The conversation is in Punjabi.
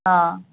ਹਾਂ